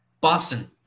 boston